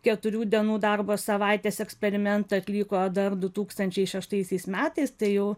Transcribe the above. keturių dienų darbo savaitės eksperimentą atliko dar du tūkstančiai šeštaisiais metais tai jau